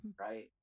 right